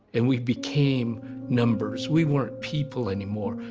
and we became numbers. we weren't people anymore.